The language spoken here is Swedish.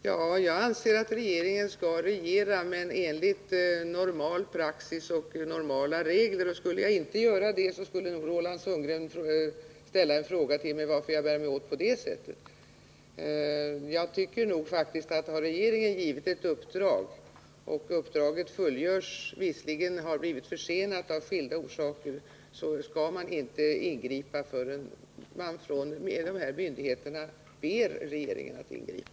Herr talman! Jag anser också att regeringen skall regera men enligt normal praxis och normala regler. Skulle jag inte följa de principerna skulle nog Roland Sundgren ställa en fråga till mig om varför jag bär mig åt på det sättet. Jag anser att om regeringen har givit ett uppdrag och uppdraget fullföljs, låt vara att det har blivit försenat av skilda orsaker, skall regeringen inte ingripa förrän ifrågavarande myndigheter ber regeringen ingripa.